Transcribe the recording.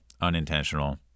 unintentional